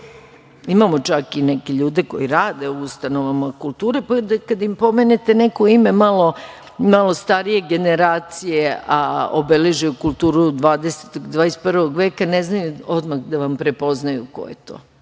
čak i neke ljude koji rade u ustanovama kulture, pa kada im pomenete neko ime malo starije generacije, a obeležio je kulturu 21. veka, ne znaju odmah da vam prepoznaju ko je to.